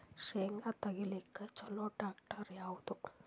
ಶೇಂಗಾ ತೆಗಿಲಿಕ್ಕ ಚಲೋ ಟ್ಯಾಕ್ಟರಿ ಯಾವಾದು?